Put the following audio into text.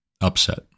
upset